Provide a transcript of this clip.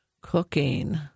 cooking